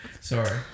sorry